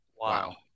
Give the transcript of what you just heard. wow